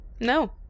No